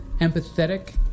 empathetic